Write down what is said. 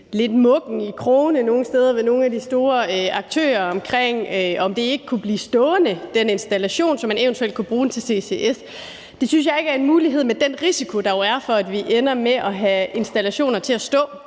lidt mukken i krogene nogle steder hos nogle af de store aktører om, om den installation ikke kunne blive stående, så man eventuelt kunne bruge den til CCS. Det synes jeg ikke er en mulighed med den risiko, der jo er, for, at vi ender med at have installationer til at stå